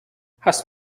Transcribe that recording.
hast